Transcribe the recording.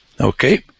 Okay